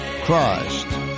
Christ